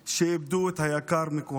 שאיבדו את היקר מכול,